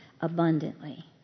abundantly